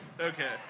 Okay